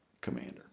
commander